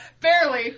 barely